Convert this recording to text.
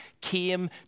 came